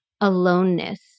aloneness